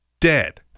dead